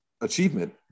achievement